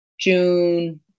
June